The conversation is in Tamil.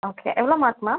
ஓகே எவ்வளோ மார்க் மேம்